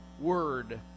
word